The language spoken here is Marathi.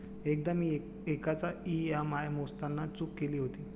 एकदा मी एकाचा ई.एम.आय मोजताना चूक केली होती